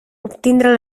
obtindre